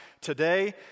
today